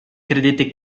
credete